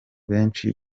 benshi